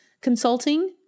consulting